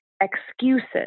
excuses